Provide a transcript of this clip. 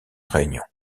réunion